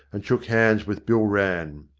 and shook hands with bill rann.